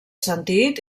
sentit